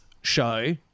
show